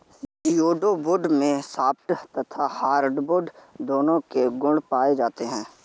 pseudo wood में soft तथा hardwood दोनों के गुण पाए जाते हैं